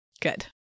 Good